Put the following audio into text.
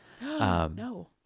no